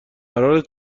قرارت